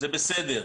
זה בסדר,